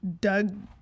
Doug